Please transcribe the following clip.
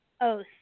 oath